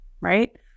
right